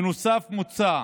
בנוסף, מוצע